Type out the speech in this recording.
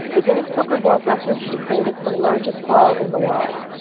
the guinness book of world records declared it the largest ball in the world.